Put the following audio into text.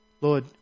Lord